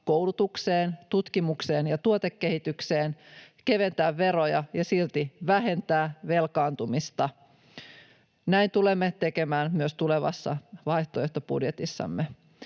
koulutukseen, tutkimukseen ja tuotekehitykseen, keventää veroja ja silti vähentää velkaantumista. Näin tulemme tekemään myös tulevassa vaihtoehtobudjetissamme.